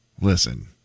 Listen